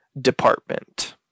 Department